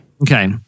Okay